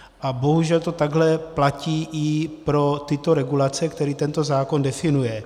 A bohužel to takhle platí i pro tyto regulace, které tento zákon definuje.